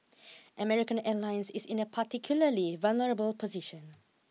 American Airlines is in a particularly vulnerable position